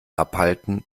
abhalten